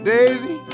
Daisy